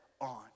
on